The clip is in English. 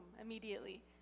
immediately